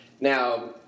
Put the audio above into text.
now